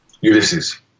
Ulysses